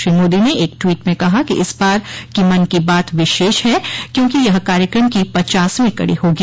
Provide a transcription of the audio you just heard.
श्री मोदी ने एक ट्वीट में कहा कि इस बार की मन की बात विशेष है क्योंकि यह कार्यक्रम की पचासवीं कड़ी होगी